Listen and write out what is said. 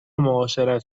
معاشرت